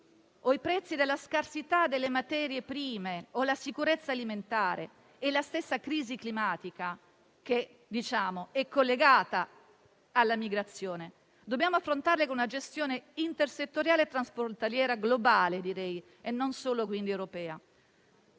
dei prezzi dell'energia, la scarsità delle materie prime, la sicurezza alimentare e la stessa crisi climatica (che è collegata alla migrazione), dobbiamo affrontarli con una gestione intersettoriale e transfrontaliera globale, non solo europea.